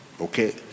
Okay